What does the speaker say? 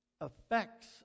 affects